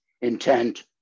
intent